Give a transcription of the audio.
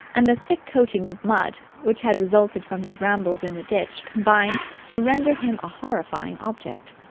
and the thick coating of mud which had resulted from his rambles in the ditch combined to render him a horrifying object.